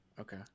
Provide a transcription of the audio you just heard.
okay